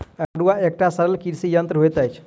फड़ुआ एकटा सरल कृषि यंत्र होइत अछि